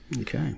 Okay